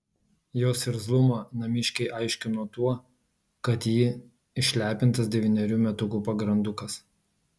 jos irzlumą namiškiai aiškino tuo kad ji išlepintas devynerių metukų pagrandukas